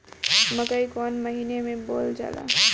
मकई कौन महीना मे बोअल जाला?